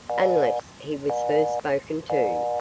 unless he was first spoken to.